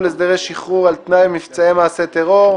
הסדרי שחרור על-תנאי למבצעי מעשי טרור),